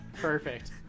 Perfect